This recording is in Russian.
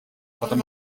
потому